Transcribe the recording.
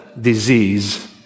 disease